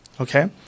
okay